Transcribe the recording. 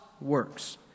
works